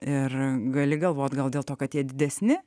ir gali galvoti gal dėl to kad jie didesni